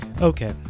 Okay